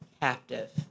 captive